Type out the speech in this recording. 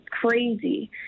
crazy